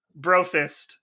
Brofist